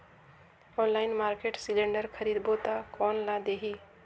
Online market cylinder खरीदबो ता कोन ला देही?